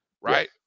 Right